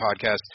podcast